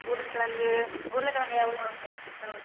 உருளைக் கெழங்கு உருளைக் கெழங்கு எவ்வளோ ஒரு கிலோ